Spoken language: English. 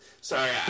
Sorry